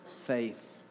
faith